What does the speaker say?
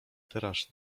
teraz